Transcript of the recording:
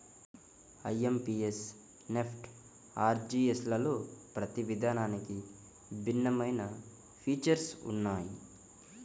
IMPS, NEFT, ఆర్టీజీయస్లలో ప్రతి విధానానికి భిన్నమైన ఫీచర్స్ ఉన్నయ్యి